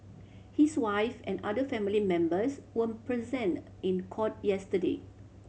his wife and other family members were present in court yesterday